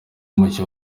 mushya